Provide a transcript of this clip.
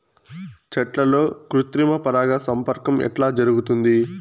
చెట్లల్లో కృత్రిమ పరాగ సంపర్కం ఎట్లా జరుగుతుంది?